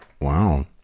Wow